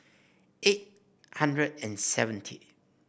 eight hundred and seventy